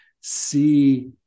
see